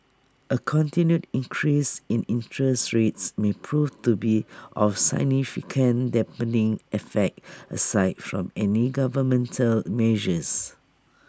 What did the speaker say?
A continued increase in interest rates may prove to be of significant dampening effect aside from any governmental measures